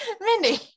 mindy